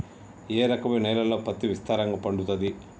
ఏ రకపు నేలల్లో పత్తి విస్తారంగా పండుతది?